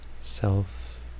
self